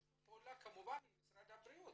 בשיתוף פעולה כמובן עם משרד הבריאות.